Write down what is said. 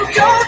go